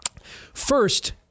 First